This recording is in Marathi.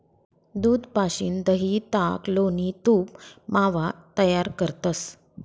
दूध पाशीन दही, ताक, लोणी, तूप, मावा तयार करतंस